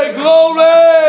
glory